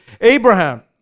Abraham